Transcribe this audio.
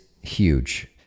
huge